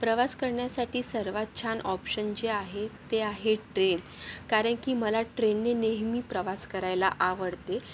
प्रवास करण्यासाठी सर्वात छान ऑप्शन जे आहे ते आहे ट्रेन कारण की मला ट्रेननी नेहमी प्रवास करायला आवडते